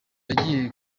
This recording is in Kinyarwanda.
yagiye